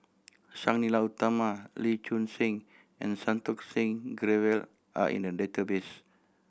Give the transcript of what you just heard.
Sang Nila Utama Lee Choon Seng and Santokh Singh Grewal are in the database